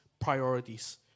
priorities